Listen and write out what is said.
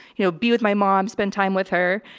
you know, be with my mom, spend time with her.